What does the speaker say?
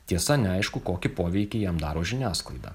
tiesa neaišku kokį poveikį jam daro žiniasklaida